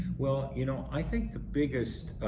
well, you know, i think the biggest